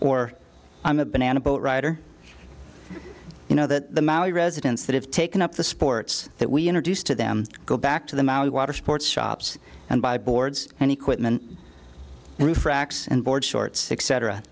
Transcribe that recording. or i'm a banana boat rider you know that the maui residents that have taken up the sports that we introduce to them go back to the maui water sports shops and buy boards and equipment and roof racks and board short six cetera